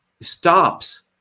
stops